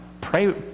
pray